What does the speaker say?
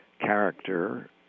character